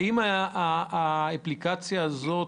האם באפליקציה הזאת,